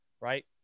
right